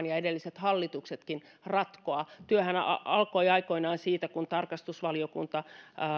ja edelliset hallituksetkin yrittäneet parhaansa mukaan ratkoa työhän alkoi aikoinaan siitä kun tarkastusvaliokunta